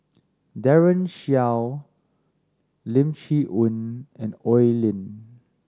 Daren Shiau Lim Chee Onn and Oi Lin